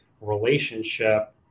relationship